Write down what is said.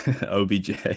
OBJ